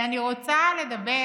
אני רוצה לדבר